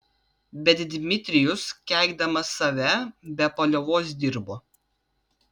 bet dmitrijus keikdamas save be paliovos dirbo